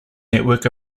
network